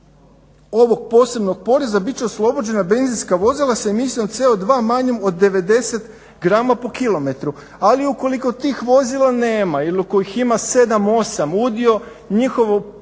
ovog posebnog poreza bit će oslobođena benzinska vozila sa emisijom CO2 manjom od 90 grama po kilometru ali ukoliko tih vozila nema ili u kojih ima 7, 8 udio njihovo u